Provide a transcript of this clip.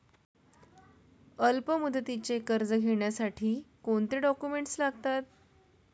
अल्पमुदतीचे कर्ज घेण्यासाठी कोणते डॉक्युमेंट्स लागतात?